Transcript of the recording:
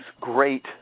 great